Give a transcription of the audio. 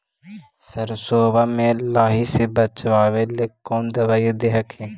सरसोबा मे लाहि से बाचबे ले कौन दबइया दे हखिन?